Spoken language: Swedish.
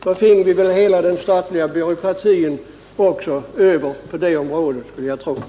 Då fick vi väl hela den statliga byråkratin över på det området också.